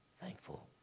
Thankful